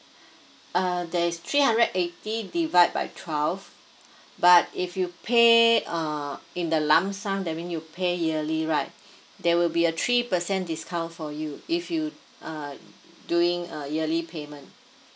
uh there is three hundred eighty divide by twelve but if you pay err in the lump sum that mean you pay yearly right there will be a three percent discount for you if you uh doing a yearly payment